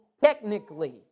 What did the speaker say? technically